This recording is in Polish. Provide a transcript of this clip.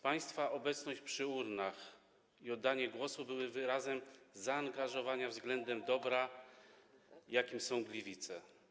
Państwa obecność przy urnach wyborczych i oddanie głosu były wyrazem zaangażowania względem dobra, jakim są Gliwice.